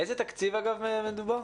אגב, באיזה תקציב מדובר?